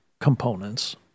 components